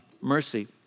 mercy